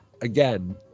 again